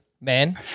man